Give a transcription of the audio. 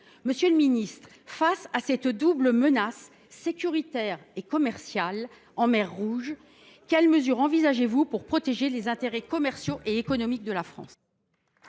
Monsieur le ministre, face à cette double menace sécuritaire et commerciale en mer Rouge, quelles mesures envisagez vous pour protéger les intérêts commerciaux et économiques de la France ?